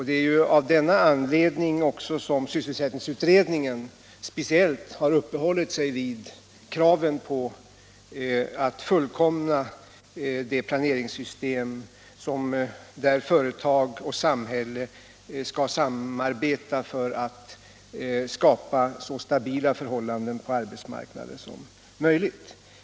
Det är av denna anledning som sysselsättningsutredningen speciellt har uppehållit sig vid kraven på att fullkomna ett planeringssystem där företag och samhälle skall samarbeta för att skapa så stabila förhållanden på arbetsmarknaden som möjligt.